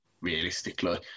realistically